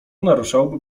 naruszałoby